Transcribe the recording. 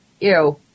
ew